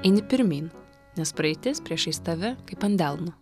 eini pirmyn nes praeitis priešais tave kaip ant delno